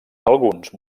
alguns